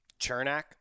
Chernak